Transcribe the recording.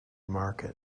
market